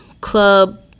Club